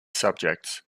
subjects